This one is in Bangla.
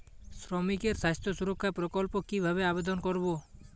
শ্রমিকের স্বাস্থ্য সুরক্ষা প্রকল্প কিভাবে আবেদন করবো?